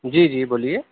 جی جی بولیے